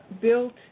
built